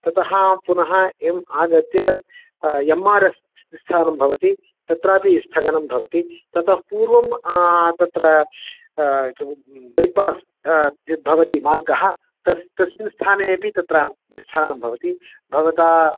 ततः पुनः एवम् आगत्य एम् आर् एफ़् निस्थानं भवति तत्रापि स्थगनं भवति ततः पूर्वं तत्र बैपास् यद्भवति मार्गः तस् तस्मिन् स्थानेपि तत्र निस्थानं भवति भवता